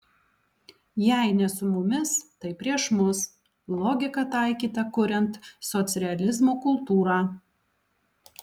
jei ne su mumis tai prieš mus logika taikyta kuriant socrealizmo kultūrą